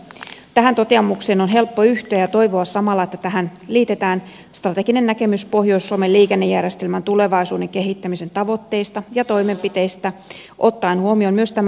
tähän toteamukseen on helppo yhtyä ja toivoa samalla että tähän liitetään strateginen näkemys pohjois suomen liikennejärjestelmän tulevaisuuden kehittämisen tavoitteista ja toimenpiteistä ottaen huomioon myös tämä arktisen alueen potentiaali